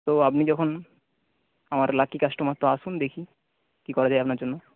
তো আপনি যখন আমার লাকি কাস্টোমার তো আসুন দেখি কি করা যায় আপনার জন্য